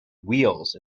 wheels